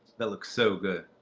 that looks so good.